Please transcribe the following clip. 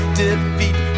defeat